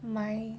my